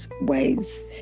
ways